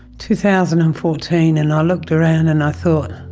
two thousand and fourteen, and i looked around and i thought,